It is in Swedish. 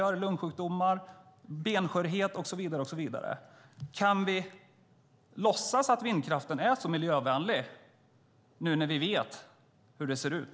Det är lungsjukdomar, benskörhet och så vidare. Kan vi låtsas att vindkraften är så miljövänlig när vi vet hur det ser ut?